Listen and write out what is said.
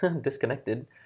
disconnected